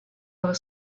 other